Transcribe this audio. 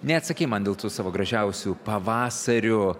neatsakei man dėl tų savo gražiausių pavasarių